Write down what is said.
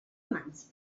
mans